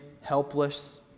Helpless